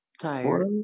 Tired